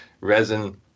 resin